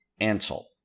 Ansel